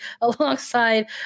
alongside